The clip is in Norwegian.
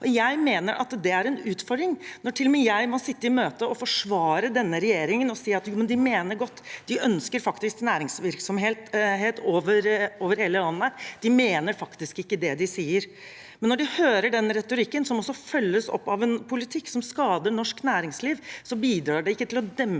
Jeg mener at det er en utfordring når til og med jeg må sitte i møter og forsvare denne regjeringen og si: Jo, men de mener godt, de ønsker faktisk næringsvirksomhet over hele landet, de mener faktisk ikke det de sier. Likevel, når de hører denne retorikken som også følges opp av en politikk som skader norsk næringsliv, bidrar ikke det til å dempe